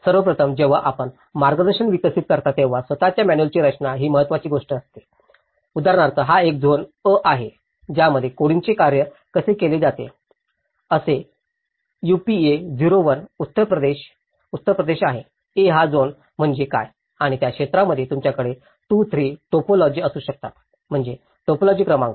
सर्वप्रथम जेव्हा आपण मार्गदर्शन विकसित करता तेव्हा स्वतः मॅन्युअलची रचना ही महत्वाची गोष्ट असते उदाहरणार्थ हा एक झोन अ आहे आता कोडिंगचे कार्य कसे केले जाते असे यूपीए 01 उत्तर प्रदेश उत्तर प्रदेश आहे A हा झोन म्हणजे काय आणि त्या क्षेत्रामध्ये तुमच्याकडे 2 3 टाईपोलॉजी असू शकतात म्हणजे टायपोलॉजी क्रमांक